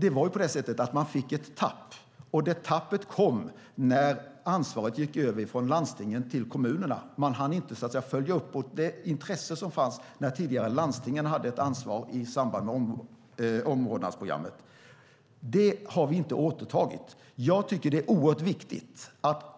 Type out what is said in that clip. Det blev ett tapp när ansvaret gick över från landstingen till kommunerna. Man hann inte följa upp det intresse som fanns när landstingen hade ett ansvar i samband med omvårdnadsprogrammet. Det där har vi inte återtagit. Jag tycker att det är oerhört viktigt att använda